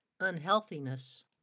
unhealthiness